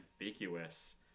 ambiguous